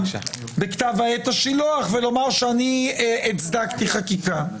בכתב העת השילוח ולומר שאני הצדקתי חקיקה.